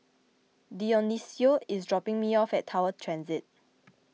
Dionicio is dropping me off at Tower Transit